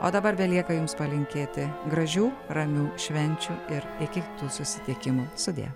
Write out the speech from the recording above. o dabar belieka jums palinkėti gražių ramių švenčių ir iki kitų susitikimų sudie